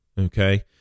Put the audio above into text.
okay